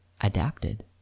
adapted